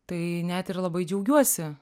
tai net ir labai džiaugiuosi